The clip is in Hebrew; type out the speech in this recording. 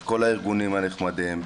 את כל הארגונים הנחמדים.